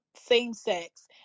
same-sex